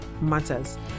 matters